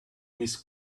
miss